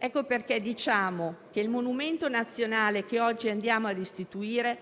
Ecco perché diciamo che il monumento nazionale che oggi andiamo a istituire,